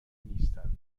نیستند